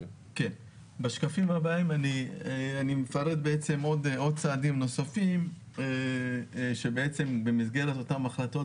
בשקפים הבאים אני מפרט עוד צעדים נוספים שבמסגרת אותן החלטות,